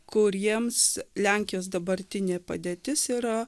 kuriems lenkijos dabartinė padėtis yra